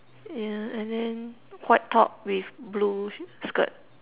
yeah and then white top with blue sh~ skirt